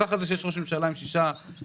ככה זה כשיש ראש ממשלה עם שישה מנדטים,